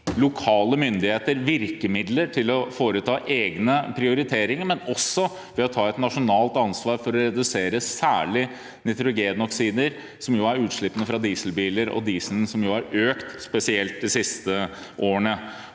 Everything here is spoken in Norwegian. lokale myndigheter virkemidler til å foreta egne prioriteringer, men også ved å ta et nasjonalt ansvar for å redusere særlig nitrogenoksider, som er utslippene fra dieselbiler og dieselen som har økt spesielt de siste årene.